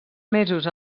mesos